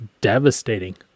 devastating